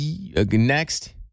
Next